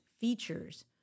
features